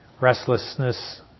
restlessness